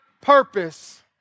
purpose